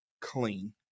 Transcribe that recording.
clean